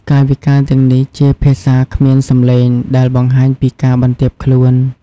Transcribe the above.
កាយវិការទាំងនេះជាភាសាគ្មានសំឡេងដែលបង្ហាញពីការបន្ទាបខ្លួន។